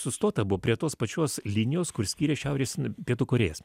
sustota buvo prie tos pačios linijos kur skyrė šiaurės pietų korėjas